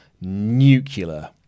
nuclear